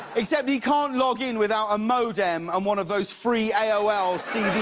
except he can't log in without a modem and one of those free a o l. c d